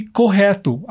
correto